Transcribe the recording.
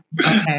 okay